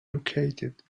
located